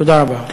תודה רבה.